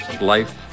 Life